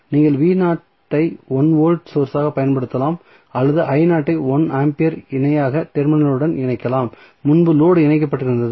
நீங்கள் I 1 volt source ஆக பயன்படுத்தலாம் அல்லது ஐ 1 ஆம்பியர் இணைப்பாக டெர்மினலுடன் இணைக்கலாம் முன்பு லோடு இணைக்கப்பட்டிருந்தது